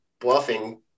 bluffing